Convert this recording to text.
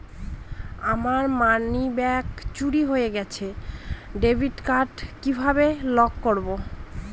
আমার মানিব্যাগ চুরি হয়ে গেলে ডেবিট কার্ড কিভাবে লক করব?